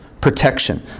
protection